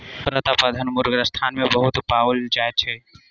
प्रतापधन मुर्ग राजस्थान मे बहुत पाओल जाइत छै